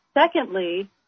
Secondly